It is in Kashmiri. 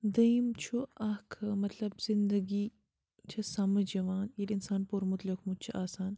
دوٚیِم چھُ اَکھ ٲں مطلب زندگی چھِ سمٕجھ یِوان ییٚلہِ انسان پوٚرمُت لیٛوکھمُت چھُ آسان